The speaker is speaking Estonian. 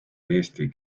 eesti